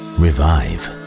revive